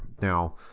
Now